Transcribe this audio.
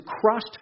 crushed